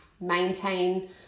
maintain